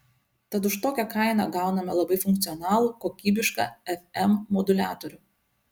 tad už tokią kainą gauname labai funkcionalų kokybišką fm moduliatorių